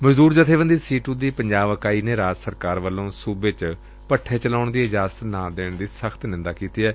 ਮਜ਼ਦੁਰ ਜਬੇਬੰਦੀ ਸੀਟੁ ਦੀ ਪੰਜਾਬ ਇਕਾਈ ਨੇ ਰਾਜ ਸਰਕਾਰ ਵੱਲੋਂ ਸੁਬੇ ਚ ਭੱਠੇ ਚਲਾਉਣ ਦੀ ਇਜਾਜ਼ਤ ਨਾ ਦੇਣ ਦੀ ਸਖ਼ਤ ਨਿੰਦਾ ਕੀਡੀ ਏ